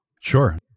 Sure